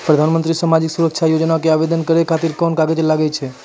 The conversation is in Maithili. प्रधानमंत्री समाजिक सुरक्षा योजना के आवेदन करै खातिर कोन कागज लागै छै?